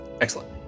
excellent